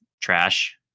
trash